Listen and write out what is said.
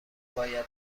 باید